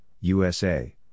USA